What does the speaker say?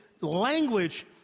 language